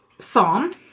Farm